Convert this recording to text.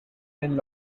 and